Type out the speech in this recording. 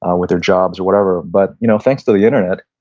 um with their jobs, or whatever. but you know thanks to the internet,